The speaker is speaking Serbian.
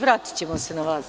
Vratićemo se na vas.